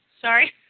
sorry